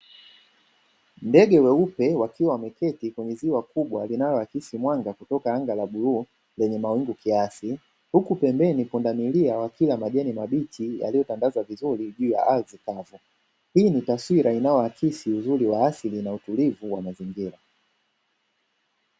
Ndege weupe wakiwa wameketi kwenye ziwa kubwa, linaloakisi mwanga kutoka anga la buluu lenye mawingu kiasi. Huku pembeni pundamilia wa kila majani mabichi yaliyotandazwa vizuri juu ya ardhi kavu, hii ni taswira inayoakisi uzuri wa asili na utulivu wa mazingira.